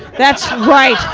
that's right!